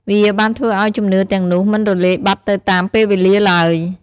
វាបានធ្វើឲ្យជំនឿទាំងនោះមិនរលាយបាត់ទៅតាមពេលវេលាឡើយ។